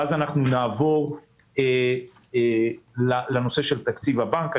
ואז נעבור לנושא של תקציב הבנק.